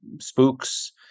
spooks